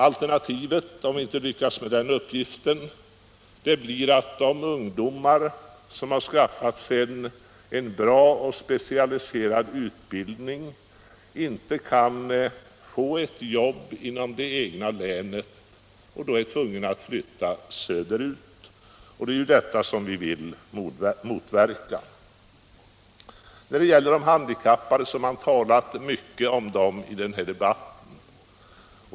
Alternativet, om vi inte lyckas med den uppgiften, blir att de ungdomar som har skaffat sig en bra och specialiserad utbildning inte kan få ett jobb inom det egna länet och är då tvungna att flytta söderut. Det är detta vi vill motverka. Det har talats mycket om de handikappade i den här debatten.